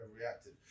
reacted